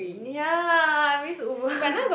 !ya! I miss Uber